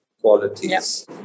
qualities